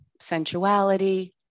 sensuality